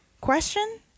question